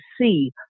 see